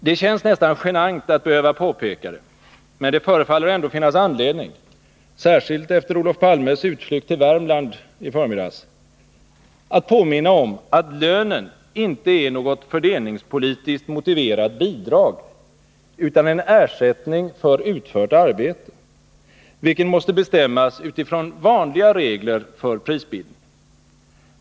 Det känns nästan genant att behöva påpeka det, men det förefaller ändå finnas anledning — särskilt efter Olof Palmes utflykt till Värmland i förmiddags — att påminna om att lönen inte är något fördelningspolitiskt motiverat bidrag utan en ersättning för utfört arbete, vilken måste bestämmas utifrån vanliga regler för prisbildningen.